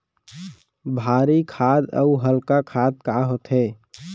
भारी खाद अऊ हल्का खाद का होथे?